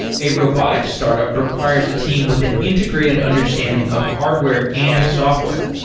a robotics startup requires a team with an integrated understanding of hardware and software.